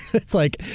it's like,